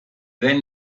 den